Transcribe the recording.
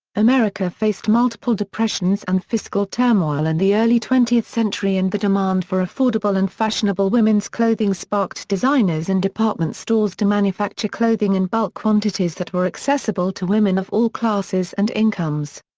america faced multiple depressions and fiscal turmoil in the early twentieth century and the demand for affordable and fashionable women's clothing sparked designers and department stores to manufacture clothing in bulk quantities that were accessible to women of all classes and incomes.